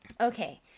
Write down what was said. okay